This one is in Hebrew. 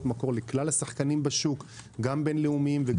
המקור לכלל השחקנים בשוק גם בינלאומים וגם ישראלים.